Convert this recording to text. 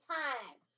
time